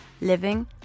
living